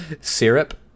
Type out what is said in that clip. Syrup